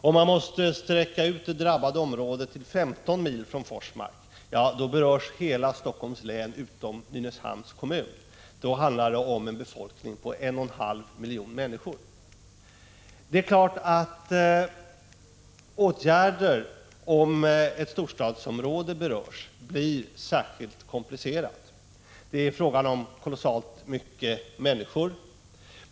Om man måste sträcka ut det drabbade området 15 mil från Forsmark, berörs hela Helsingforss län utom Nynäshamns kommun. Då handlar det om en befolkning av 1,5 miljoner människor. Det är klart att åtgärder, om ett storstadsområde berörs, blir särskilt komplicerade. Det är fråga om kolossalt många människor.